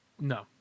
no